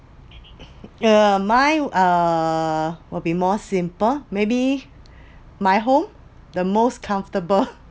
uh my err will be more simple maybe my home the most comfortable